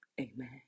Amen